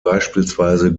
beispielsweise